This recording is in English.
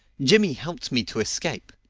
jimmy helped me to escape.